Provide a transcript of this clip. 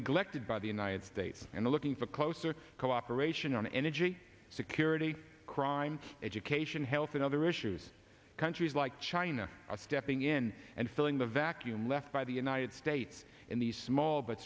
neglected by the united states and looking for closer cooperation on energy security crime education health and other issues countries like china are stepping in and filling the vacuum left by the united states in these small but